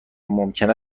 ممکن